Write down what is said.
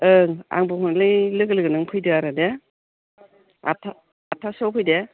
ओं आं बुंहरनाय लोगो लोगो नों फैदो आरो दे आदथासोआव फै दे